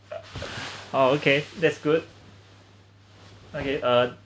uh oh okay that's good okay uh